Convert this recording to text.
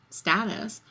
status